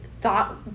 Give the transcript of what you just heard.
thought